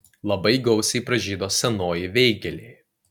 labai gausiai pražydo senoji veigelė